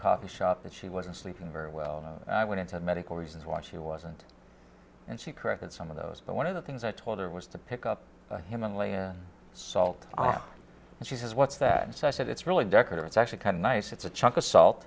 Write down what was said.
coffee shop that she wasn't sleeping very well i went into medical reasons why she wasn't and she corrected some of those but one of the things i told her was to pick up humanly salt and she says what's that and so i said it's really decorative it's actually kind of nice it's a ch